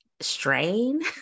Strain